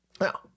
Now